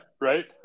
right